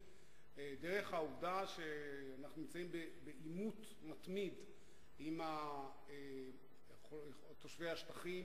דרך העובדה שאנחנו נמצאים בעימות מתמיד עם תושבי השטחים